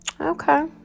Okay